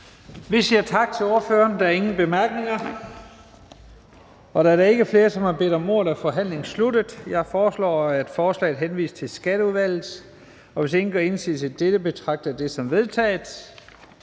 Vi siger tak til ordføreren. Der er ingen bemærkninger. Da der ikke er flere, som har bedt om ordet, er forhandlingen sluttet. Jeg foreslår, at forslaget til folketingsbeslutning henvises til Skatteudvalget. Hvis ingen gør indsigelse mod dette, betragter jeg det som vedtaget.